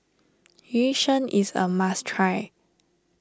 Yu Sheng is a must try